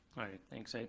alright, thanks. i